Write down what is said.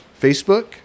Facebook